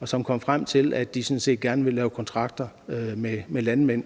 og som kom frem til, at de sådan set gerne ville lave kontrakter med landmænd